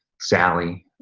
sally,